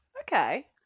Okay